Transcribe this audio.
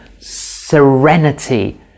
serenity